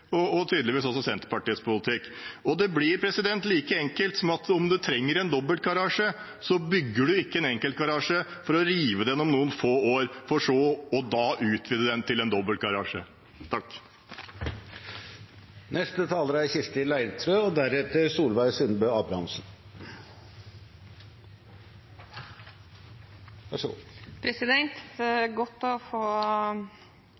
og tydeligvis også Senterpartiets politikk. Det blir like enkelt som at om man trenger en dobbeltgarasje, bygger man ikke en enkeltgarasje for så å rive den om noen få år og da utvide den til en dobbeltgarasje. Det er godt å få skryt for Arbeiderpartiets syn av saksordføreren. Arbeiderpartiet er